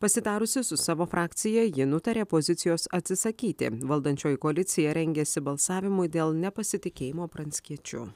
pasitarusi su savo frakcija ji nutarė pozicijos atsisakyti valdančioji koalicija rengiasi balsavimui dėl nepasitikėjimo pranckiečiu